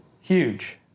Huge